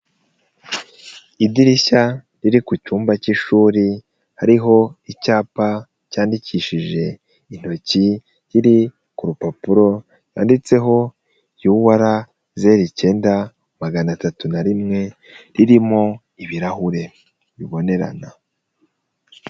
Idirishya riri ku cyumba cy'ishuri hariho icyapa cyandikishije intoki, kiri ku rupapuro cyanditseho yu ara zeru icyenda, magana atatu na rimwe ririmo ibirahure bibonerana.